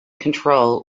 control